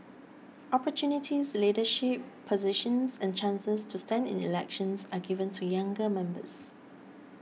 opportunities leadership positions and chances to stand in elections are given to younger members